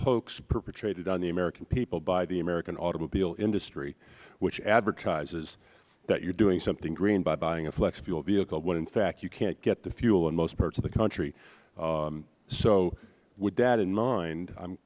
hoax perpetrated on the american people by the automobile industry which advertises that you are doing something green by buying a flex fuel vehicle when in fact you can't get the fuel in most parts of the country so with that in mind i